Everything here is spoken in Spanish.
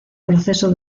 proceso